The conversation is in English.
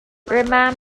remind